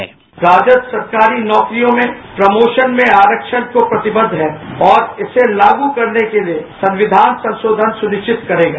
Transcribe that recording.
sound bite Rajad सरकारी नौकरियों में प्रमोशन में आरक्षण को प्रतिबद्ध है और इसे लागू करने के लिए संविधान संशोधन सुनिश्चित करेगा